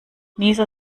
nieser